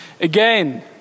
Again